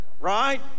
Right